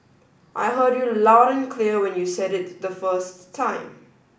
I heard you loud and clear when you said it the first time